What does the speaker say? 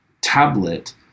tablet